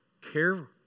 care